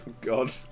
God